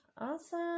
Awesome